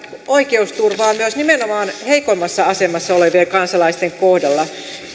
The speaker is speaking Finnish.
oikeusturvaa nimenomaan heikoimmassa asemassa olevien kansalaisten kohdalla